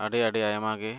ᱟᱹᱰᱤ ᱟᱹᱰᱤ ᱟᱭᱢᱟ ᱜᱮ